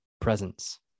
presence